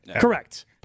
Correct